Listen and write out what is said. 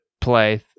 play